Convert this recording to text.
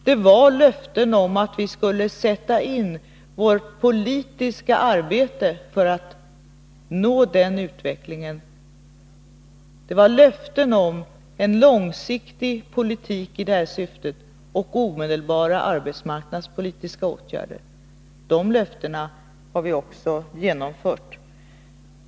Det var löften om att vi skulle inrikta vårt politiska arbete på att nå denna utveckling. Det var löften om en långsiktig politik i detta syfte och om omedelbara arbetsmarknadspolitiska åtgärder. Dessa löften har vi också hållit.